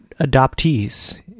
adoptees